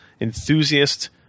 enthusiast